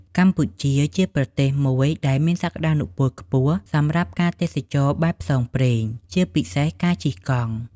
កម្ពុជាជាប្រទេសមួយដែលមានសក្ដានុពលខ្ពស់សម្រាប់ការទេសចរណ៍បែបផ្សងព្រេង ជាពិសេសការជិះកង់។